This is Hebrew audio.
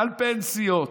על פנסיות,